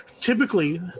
typically